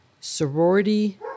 sorority